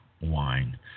wine